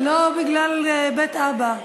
לא בגלל בית אבא.